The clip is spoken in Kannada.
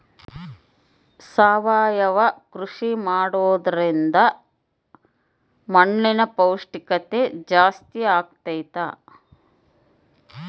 ಸಾವಯವ ಕೃಷಿ ಮಾಡೋದ್ರಿಂದ ಮಣ್ಣಿನ ಪೌಷ್ಠಿಕತೆ ಜಾಸ್ತಿ ಆಗ್ತೈತಾ?